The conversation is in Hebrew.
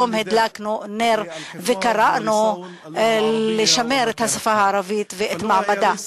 היום הדלקנו נר וקראנו לשמר את השפה הערבית ואת מעמדה.